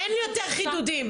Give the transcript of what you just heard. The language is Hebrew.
אין יותר חידודים.